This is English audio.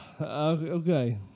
Okay